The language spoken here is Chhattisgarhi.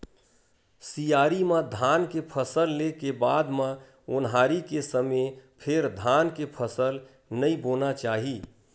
सियारी म धान के फसल ले के बाद म ओन्हारी के समे फेर धान के फसल नइ बोना चाही